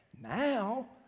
Now